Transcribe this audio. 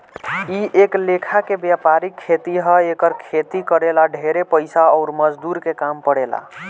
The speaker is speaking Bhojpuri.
इ एक लेखा के वायपरिक खेती ह एकर खेती करे ला ढेरे पइसा अउर मजदूर के काम पड़ेला